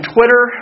Twitter